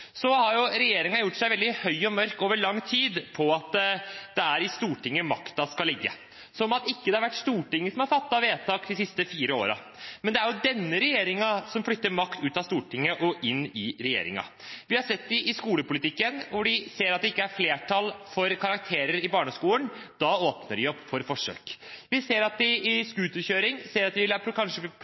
Så har regjeringen gjort seg veldig høy og mørk over lang tid på at det er i Stortinget makten skal ligge – som om ikke det har vært Stortinget som har fattet vedtak de siste fire årene! Det er jo denne regjeringen som flytter makt ut av Stortinget og inn i regjeringen. Vi har sett det i skolepolitikken, hvor de ser at det ikke er flertall for karakterer i barneskolen, og da åpner de opp for forsøk. Når det gjelder scooterkjøring, ser vi at de kanskje vil ha